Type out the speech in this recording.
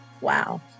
Wow